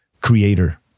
creator